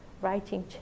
writing